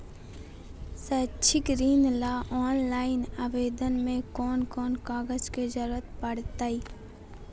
शैक्षिक ऋण ला ऑनलाइन आवेदन में कौन कौन कागज के ज़रूरत पड़तई?